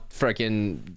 freaking